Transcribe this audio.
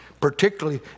particularly